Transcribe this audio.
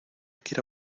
quiera